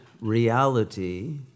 reality